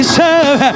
serve